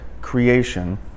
creation